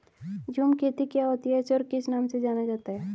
झूम खेती क्या होती है इसे और किस नाम से जाना जाता है?